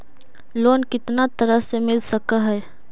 Loan कितना तरह से मिल सक है?